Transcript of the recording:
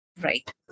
right